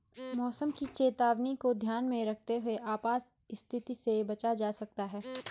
मौसम की चेतावनी को ध्यान में रखते हुए आपात स्थिति से बचा जा सकता है